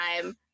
time